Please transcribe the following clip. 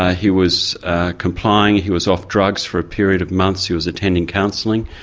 ah he was complying, he was off drugs for a period of months, he was attending counselling,